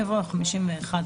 יבוא: (45א)